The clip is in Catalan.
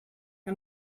que